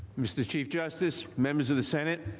mr. chief justice, members of the senate.